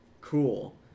cool